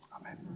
Amen